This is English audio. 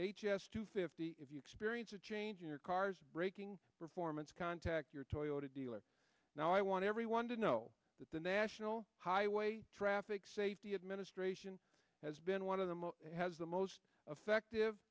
h s two fifty if you experience a change in your car's braking performance contact your toyota dealer now i want everyone to know that the national highway traffic safety administration has been one of the most has the most affective